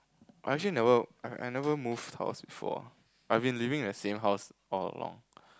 I actually never I I never moved house before I've been living in the same house all along